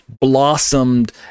blossomed